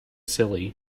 silly